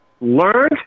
learned